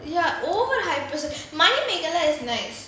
ya over hype manimegalai is nice